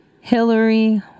Hillary